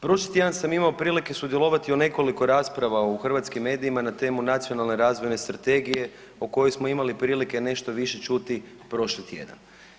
Prošli tjedan sam imao prilike sudjelovati u nekoliko rasprava u hrvatskim medijima na temu „Nacionalne razvojne strategije“ o kojoj smo imali prilike nešto više čuti prošli tjedan.